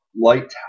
Lighthouse